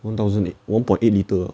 one thousand eigh~ one point eight litre